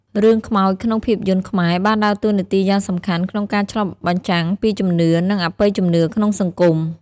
រឿងខ្មោចក្នុងភាពយន្តខ្មែរបានដើរតួនាទីយ៉ាងសំខាន់ក្នុងការឆ្លុះបញ្ចាំងពីជំនឿ និងអបិយជំនឿក្នុងសង្គម។